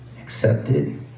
accepted